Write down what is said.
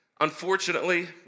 Unfortunately